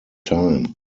time